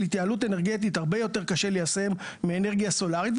התייעלות אנרגטית הרבה יותר קשה ליישם מאנרגיה סולרית,